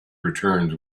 returns